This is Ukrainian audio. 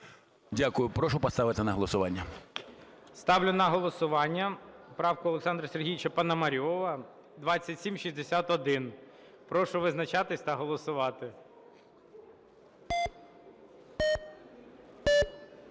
Дякую. Прошу поставити на голосування. ГОЛОВУЮЧИЙ. Ставлю на голосування правку Олександра Сергійовича Поньомарьова 2761. Прошу визначатись та голосувати.